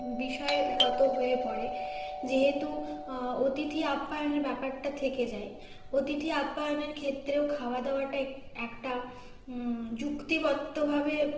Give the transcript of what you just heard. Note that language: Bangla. বিষয়গত হয়ে পড়ে যেহেতু অতিথি আপ্যায়নের ব্যাপারটা থেকে যায় অতিথি আপ্যায়নের ক্ষেত্রেও খাওয়া দাওয়াটা একটা যুক্তিবদ্ধভাবে